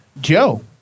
Joe